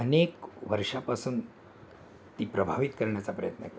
अनेक वर्षापासून ती प्रभावित करण्याचा प्रयत्न केला